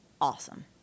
awesome